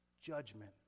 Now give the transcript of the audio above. judgment